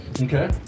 Okay